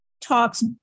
talks